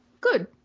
good